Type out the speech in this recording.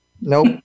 Nope